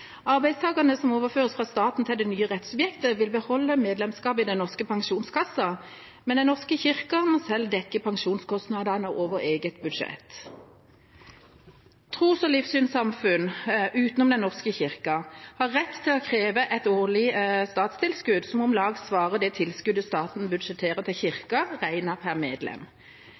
Arbeidstakerne som overføres fra staten til det nye rettssubjektet, vil beholde medlemskapet i Statens pensjonskasse, men Den norske kirke må selv dekke pensjonskostnadene over eget budsjett. Tros- og livssynssamfunn utenom Den norske kirke har rett til å kreve et årlig statstilskudd som om lag svarer til det tilskuddet staten budsjetterer til Kirken, regnet per medlem.